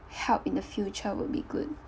help in the future would be good